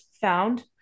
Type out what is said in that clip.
found